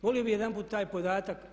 Volio bih jedanput taj podatak.